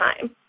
time